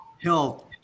health